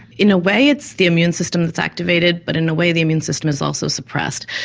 in a way it's the immune system that's activated, but in a way the immune system is also suppressed.